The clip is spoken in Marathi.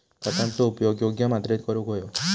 खतांचो उपयोग योग्य मात्रेत करूक व्हयो